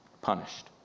punished